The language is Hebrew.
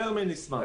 יותר מנשמח.